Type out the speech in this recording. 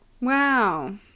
Wow